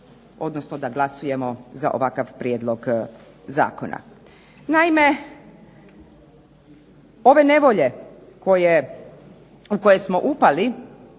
odnosno da glasujemo za ovakav Prijedlog zakona. Naime, ove nevolje u koje smo upali